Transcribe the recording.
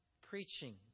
preaching